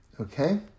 Okay